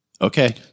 Okay